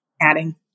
adding